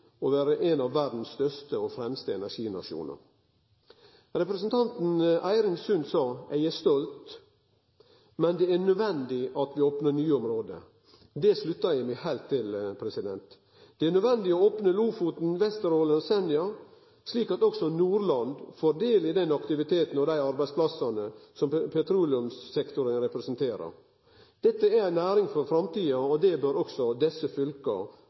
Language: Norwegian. å vere ein av verdas største og fremste energinasjonar. Representanten Eirin Sund sa at ho var stolt, men at det er nødvendig at vi opnar nye område. Det sluttar eg meg heilt til. Det er nødvendig å opne Lofoten, Vesterålen og Senja, slik at også Nordland får del i den aktiviteten og dei arbeidsplassane som petroleumssektoren representerer. Dette er ei næring for framtida, og det bør også desse fylka,